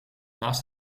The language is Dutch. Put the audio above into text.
naast